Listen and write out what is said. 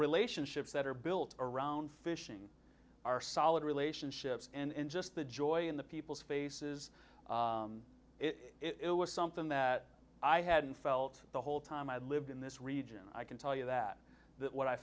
relationships that are built around fishing are solid relationships in just the joy in the people's faces it was something that i hadn't felt the whole time i lived in this region i can tell you that that what i